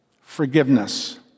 forgiveness